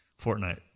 Fortnite